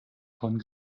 von